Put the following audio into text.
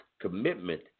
commitment